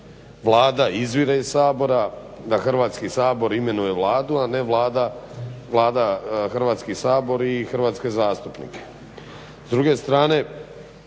Vlada izvire iz Sabora, da Hrvatski sabor imenuje Vladu, a ne Vlada Hrvatski sabor i hrvatske zastupnike.